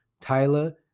Tyler